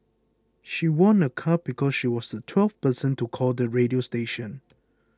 she won a car because she was the twelfth person to call the radio station